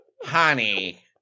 honey